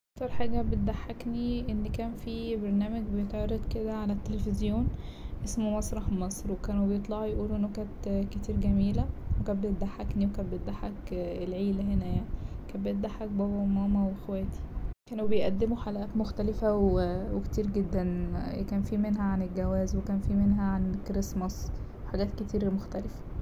أكتر حاجة بتضحكني إن كان فيه برنامج بيتعرض كده على التليفزيون اسمه مسرح مصر وكانوا بيطلعوا يقولوا نكت كتير جميلة وكانت بتضحكني و كانت بتضحك العيلة هنا يعني كانت بتضحك بابا وماما وأخواتي كانوا بيقدموا حلقات مختلفة وكتير جدا كان فيه منها عن الجواز وكان فيه منها عن الكريسماس وحاجات كتير مختلفة.